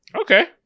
Okay